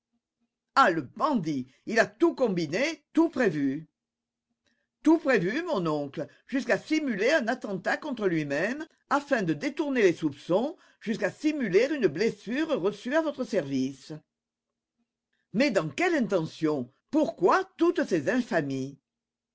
ah le bandit il a tout combiné tout prévu tout prévu mon oncle jusqu'à simuler un attentat contre lui-même afin de détourner les soupçons jusqu'à simuler une blessure reçue à votre service mais dans quelle intention pourquoi toutes ces infamies